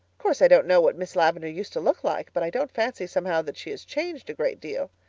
course, i don't know what miss lavendar used to look like but i don't fancy somehow that she has changed a great deal,